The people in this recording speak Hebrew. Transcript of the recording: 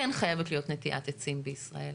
כן חייבת להיות נטיעת עצים בישראל.